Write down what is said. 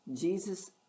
Jesus